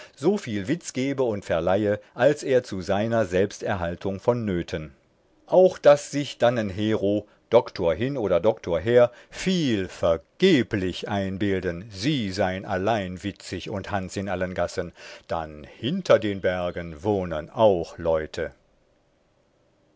so viel witz gebe und verleihe als er zu seiner selbsterhaltung vonnöten auch daß sich dannenhero doktor hin oder doktor her viel vergeblich einbilden sie sein allein witzig und hans in allen gassen dann hinter den bergen wohnen auch leute